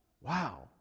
wow